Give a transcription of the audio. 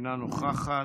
אינה נוכחת.